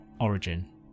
origin